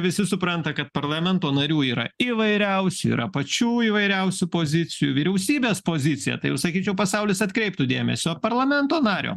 visi supranta kad parlamento narių yra įvairiausių yra pačių įvairiausių pozicijų vyriausybės poziciją tai jau sakyčiau pasaulis atkreiptų dėmesį o parlamento nario